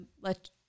let